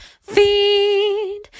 feed